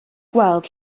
gweld